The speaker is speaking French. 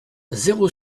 zéro